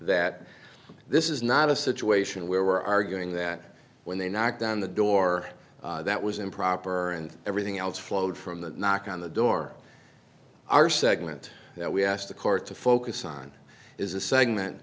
that this is not a situation where we're arguing that when they knocked on the door that was improper and everything else flowed from that knock on the door our segment that we asked the court to focus on is a segment